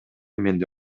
менде